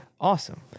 awesome